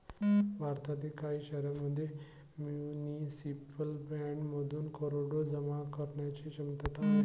भारतातील काही शहरांमध्ये म्युनिसिपल बॉण्ड्समधून करोडो जमा करण्याची क्षमता आहे